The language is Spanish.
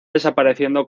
desapareciendo